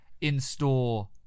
in-store